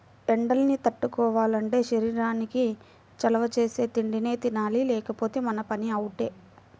ఎండల్ని తట్టుకోవాలంటే శరీరానికి చలవ చేసే తిండినే తినాలి లేకపోతే మన పని అవుటే